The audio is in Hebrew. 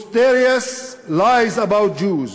preposterous lies about Jews,